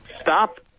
Stop